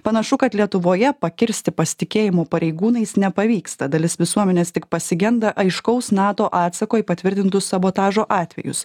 panašu kad lietuvoje pakirsti pasitikėjimo pareigūnais nepavyksta dalis visuomenės tik pasigenda aiškaus nato atsako į patvirtintus sabotažo atvejus